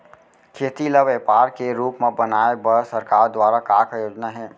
खेती ल व्यापार के रूप बनाये बर सरकार दुवारा का का योजना हे?